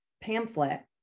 pamphlet